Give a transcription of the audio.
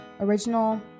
original